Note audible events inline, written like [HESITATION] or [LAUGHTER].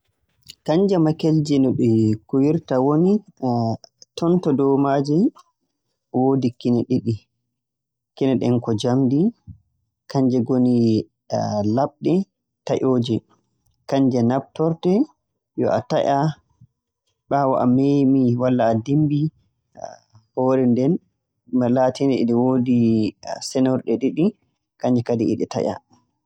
[NOISE] Kannje makelje no ɗe kuwirta woni, [HESITATION] ton to dow maaje woodi kine ɗiɗi. Kine ɗen ko njamndi kannje ngoni [HESITATION] laaɓɗe taƴooje. Kannje naftortee, yo a taƴa, ɓaawo a meemii walla a dimmbii [HESITATION] hoore nden nde laatii e nde woodi senorɗe ɗiɗi, kannje kadi e ɗe taƴa.